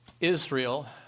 Israel